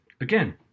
again